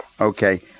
Okay